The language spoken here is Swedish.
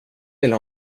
vill